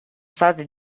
state